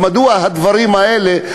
מדוע הדברים האלה,